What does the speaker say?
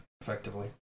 effectively